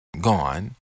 gone